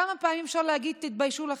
כמה פעמים אפשר להגיד "תתביישו לכם"?